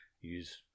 use